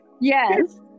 Yes